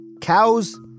Cows